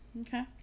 Okay